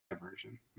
version